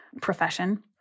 profession